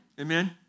Amen